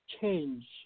change